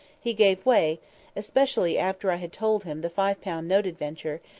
he gave way especially after i had told him the five-pound note adventure,